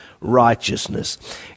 righteousness